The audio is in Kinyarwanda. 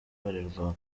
abarirwa